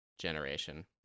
generation